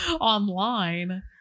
online